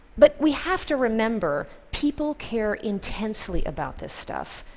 but we have to remember people care intensely about this stuff,